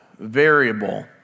Variable